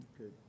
Okay